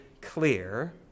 clear